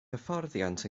hyfforddiant